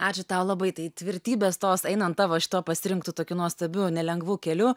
ačiū tau labai tai tvirtybės tos einant tavo šituo pasirinktu tokiu nuostabiu nelengvu keliu